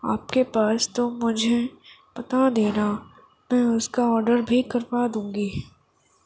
آپ کے پاس تو مجھے بتا دینا میں اس کا آڈر بھی کروا دوں گی